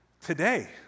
today